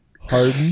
Harden